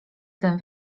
ten